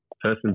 person